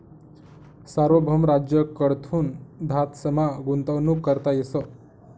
सार्वभौम राज्य कडथून धातसमा गुंतवणूक करता येस